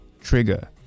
trigger